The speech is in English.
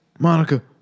Monica